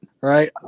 Right